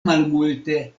malmulte